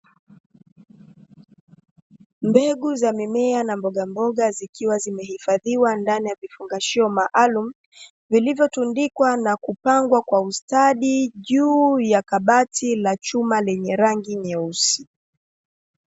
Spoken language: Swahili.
Mbegu za mimea na mbogamboga, zikiwa zimehifadhiwa ndani ya kifungashio maalumu vilivyotundikwa na kupangwa kwa ustadi juu ya kabati la chuma lenye rangi nyeusi.